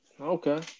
okay